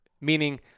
meaning